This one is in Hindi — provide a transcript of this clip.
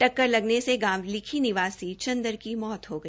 टक्कर लगने से गांव लिखी निवासी चंदर की मौत हो गई